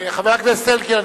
חבר הכנסת אלקין,